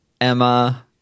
Emma